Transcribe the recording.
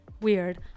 weird